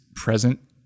present